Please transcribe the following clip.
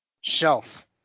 shelf